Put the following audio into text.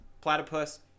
Platypus